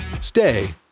stay